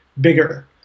bigger